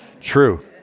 true